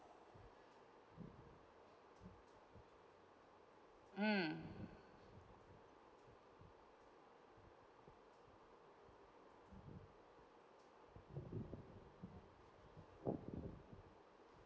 mm